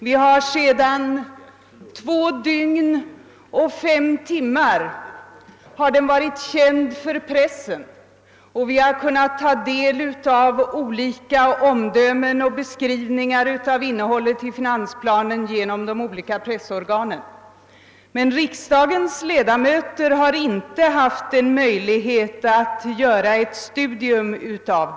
Den har sedan två dygn och fem timmar varit känd för pressen, och vi har genom olika pressorgan kunnat ta del av omdömen om och beskrivningar av innehållet, men riksdagens ledamöter har inte haft möjlighet att studera propositionen.